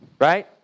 right